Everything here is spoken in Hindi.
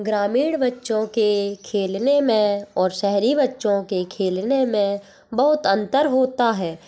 ग्रामीण बच्चों के खेलने में और शहरी बच्चों के खेलने में बहुत अंतर होता है